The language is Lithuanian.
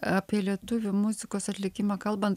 apie lietuvių muzikos atlikimą kalbant